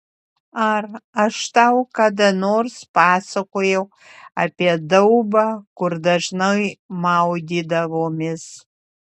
ar aš tau kada nors pasakojau apie daubą kur dažnai maudydavomės